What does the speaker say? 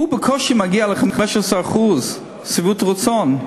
הוא בקושי מגיע ל-15% שביעות רצון.